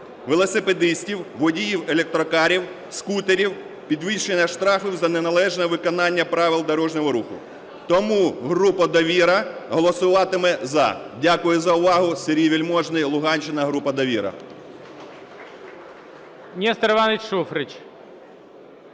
(велосипедистів, водіїв електрокарів, скутерів) підвищення штрафів за неналежне виконання правил дорожнього руху. Тому група "Довіра" голосуватиме "за". Дякую за увагу. Сергій Вельможний, Луганщина, група "Довіра".